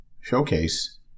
showcase